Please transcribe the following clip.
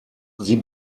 sie